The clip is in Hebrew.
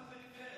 מה לה ולפריפריה?